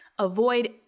Avoid